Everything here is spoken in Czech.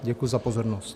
Děkuji za pozornost.